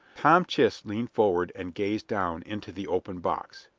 tom chist leaned forward and gazed down into the open box.